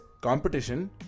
Competition